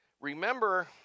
remember